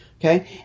Okay